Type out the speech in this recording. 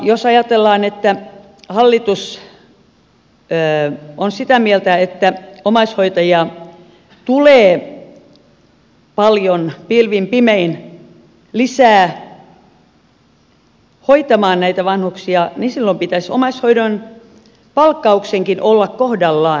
jos ajatellaan että hallitus on sitä mieltä että omaishoitajia tulee paljon pilvin pimein lisää hoitamaan näitä vanhuksia niin silloin pitäisi omaishoidon palkkauksenkin olla kohdallaan